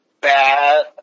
bad